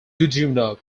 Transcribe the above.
godunov